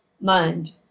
mind